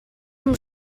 amb